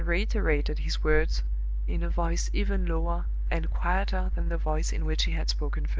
and reiterated his words in a voice even lower and quieter than the voice in which he had spoken first.